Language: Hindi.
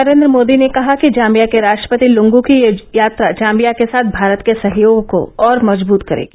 नरेंद्र मोदी ने कहा कि जाम्बिया के राष्ट्रपति लूंगू की यह यात्रा जाम्बिया के साथ भारत के सहयोग को और मजबूत करेगी